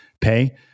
pay